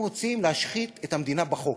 הם רוצים להשחית את המדינה בחוק.